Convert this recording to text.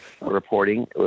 reporting